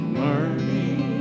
learning